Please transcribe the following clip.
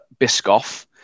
Biscoff